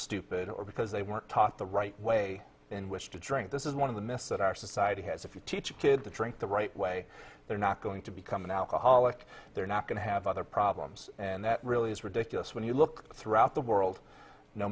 stupid or because they weren't taught the right way in which to drink this is one of the myths that our society has if you teach a kid to drink the right way they're not going to become an alcoholic they're not going to have other problems and that really is ridiculous when you look throughout the world no